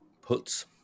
puts